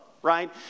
right